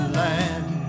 land